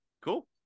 Cool